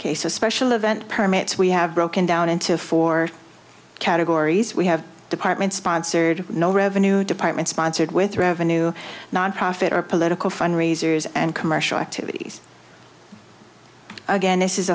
so special event permits we have broken down into four categories we have department sponsored no revenue department sponsored with revenue nonprofit or political fundraisers and commercial activities again this is